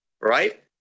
right